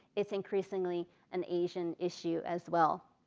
it's increasingly an asian issue as well.